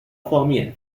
方面